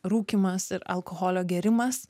rūkymas ir alkoholio gėrimas